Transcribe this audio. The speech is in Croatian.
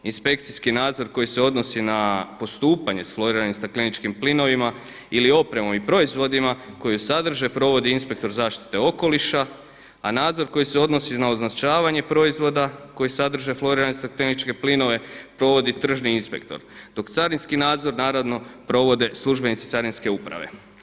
Inspekcijski nadzor koji se odnosi na postupanje sa floriranim stakleničkim plinovima ili opremom i proizvodima koje sadrže provodi inspektor zaštite okoliša, a nadzor koji se odnosi na označavanje proizvoda koji sadrže florirane stakleničke plinove provodi tržni inspektor dok carinski nadzor naravno provode službenici Carinske uprave.